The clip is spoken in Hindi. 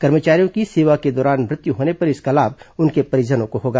कर्मचारियों की सेवा के दौरान मृत्यु होने पर इसका लाभ उनके परिजनों को होगा